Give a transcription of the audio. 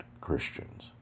Christians